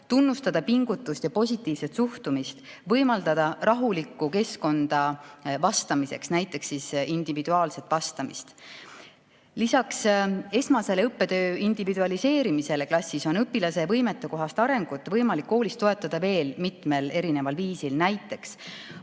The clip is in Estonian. tunnustada pingutust ja positiivset suhtumist, võimaldada rahulikku keskkonda vastamiseks, näiteks [kasutades] individuaalset vastamist. Lisaks esmasele õppetöö individualiseerimisele klassis on õpilase võimetekohast arengut võimalik koolis toetada veel mitmel viisil. Näiteks,